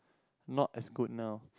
not as good now